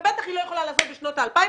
והיא בטח לא יכולה לעשות את זה בשנות ה-2000.